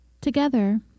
Together